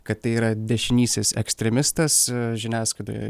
kad tai yra dešinysis ekstremistas žiniasklaidoje